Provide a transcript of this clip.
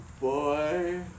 boy